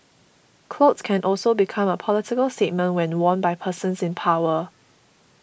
clothes can also become a political statement when worn by persons in power